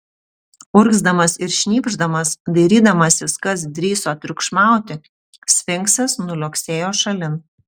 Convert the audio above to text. urgzdamas ir šnypšdamas dairydamasis kas drįso triukšmauti sfinksas nuliuoksėjo šalin